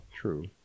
True